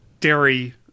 dairy